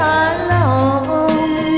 alone